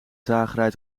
zagerij